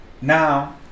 now